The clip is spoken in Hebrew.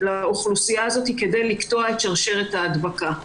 לאוכלוסייה הזאת כדי לקטוע את שרשרת ההדבקה.